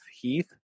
Heath